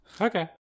Okay